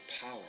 power